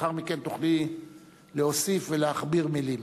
ולאחר מכן תוכלי להוסיף ולהכביר מלים.